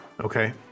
Okay